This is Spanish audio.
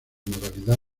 modalidad